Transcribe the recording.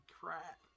crap